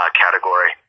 category